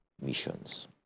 missions